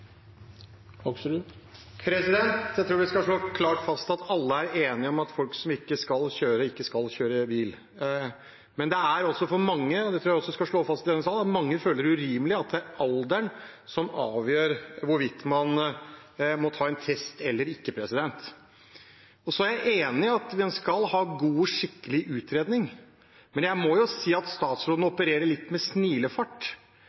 enige om at folk som ikke skal kjøre, ikke skal kjøre bil. Men det er også mange, og det tror jeg også vi skal slå fast i denne sal, som føler det er urimelig at det er alderen som avgjør hvorvidt man må ta en test eller ikke. Jeg er enig i at man skal ha en god og skikkelig utredning, men jeg må si at statsråden